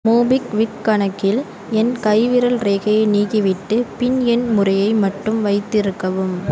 MobiKwik கணக்கில் என் கைவிரல் ரேகையை நீக்கிவிட்டு பின் எண் முறையை மட்டும் வைத்திருக்கவும்